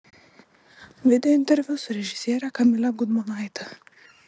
video interviu su režisiere kamile gudmonaite